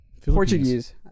Portuguese